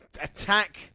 attack